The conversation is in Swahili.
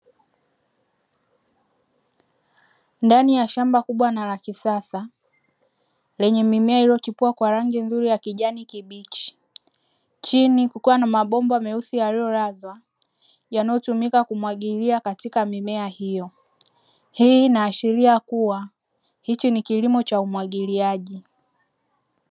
Ndani ya shamba kubwa na la kisasa lenye mimea iliyochipua kwa rangi nzuri ya kijani kibichi. Chini kukiwa na mabomba meusi yaliyolazwa yanayotumika kumwagilia katika mimea hiyo, hii inaashiria kuwa hiki ni kilimo cha umwagiliaji.